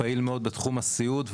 פעיל מאוד בתחום הסיעוד,